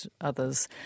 others